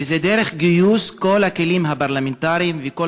וזה דרך גיוס כל הכלים הפרלמנטריים וכל